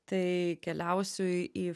tai keliausiu į